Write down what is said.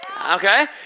Okay